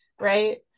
right